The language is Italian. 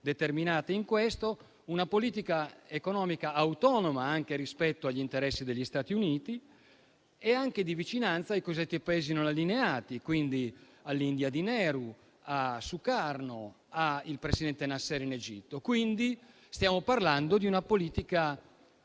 determinata in questo), una politica economica autonoma rispetto agli interessi degli Stati Uniti e di vicinanza ai cosiddetti Paesi non allineati, all'India di Nehru, a Sukarno, al presidente Nasser in Egitto. Stiamo parlando di un periodo